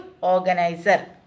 organizer